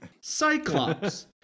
Cyclops